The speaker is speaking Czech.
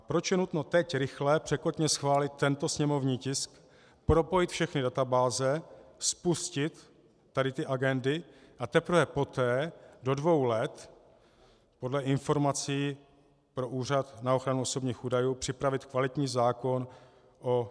Proč je nutno teď rychle, překotně schválit tento sněmovní tisk, propojit všechny databáze, spustit tady ty agendy, a teprve poté do dvou let podle informací Úřadu na ochranu osobních údajů připravit kvalitní zákon o NZIS.